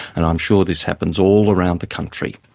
and i'm sure this happens all around the country.